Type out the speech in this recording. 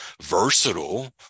versatile